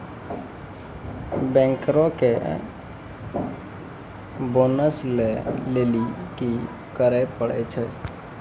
बैंकरो के बोनस लै लेली कि करै पड़ै छै?